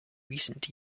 recent